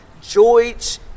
George